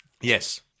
Yes